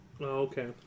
okay